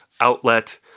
outlet